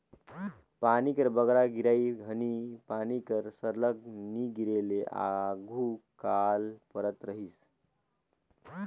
पानी कर बगरा गिरई घनी पानी कर सरलग नी गिरे ले आघु अकाल परत रहिस